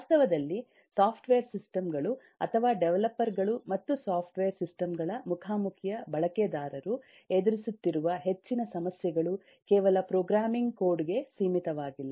ವಾಸ್ತವದಲ್ಲಿ software system ಗಳು ಅಥವಾ ಡೆವಲಪರ್ ಗಳು ಮತ್ತು ಸಾಫ್ಟ್ವೇರ್ ಸಿಸ್ಟಮ್ ಗಳ ಮುಖಾಮುಖಿಯ ಬಳಕೆದಾರರು ಎದುರಿಸುತ್ತಿರುವ ಹೆಚ್ಚಿನ ಸಮಸ್ಯೆಗಳು ಕೇವಲ ಪ್ರೋಗ್ರಾಮಿಂಗ್ ಕೋಡ್ ಗೆ ಸೀಮಿತವಾಗಿಲ್ಲ